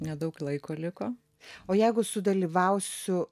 nedaug laiko liko o jeigu sudalyvausiu